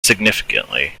significantly